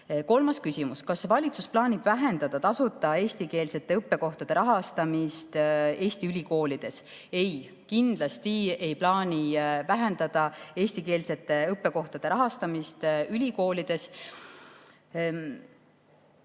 Kolmas küsimus: "Kas valitsus plaanib vähendada tasuta eestikeelsete õppekohtade rahastamist Eesti ülikoolides?" Ei, kindlasti ei plaanita vähendada eestikeelsete õppekohtade rahastamist ülikoolides.